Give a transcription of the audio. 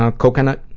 ah coconut,